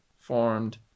formed